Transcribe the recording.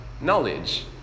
knowledge